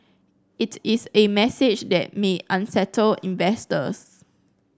it is a message that may unsettle investors